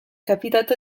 capitato